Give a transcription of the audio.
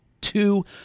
two